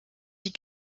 die